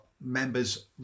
members